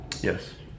Yes